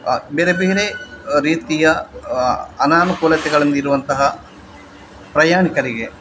ಬೇರೆ ಬೇರೆ ರೀತಿಯ ಅನಾನುಕೂಲತೆಗಳನ್ನು ಇರುವಂತಹ ಪ್ರಯಾಣಿಕರಿಗೆ